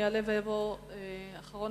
יעלה ויבוא אחרון